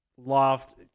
Loft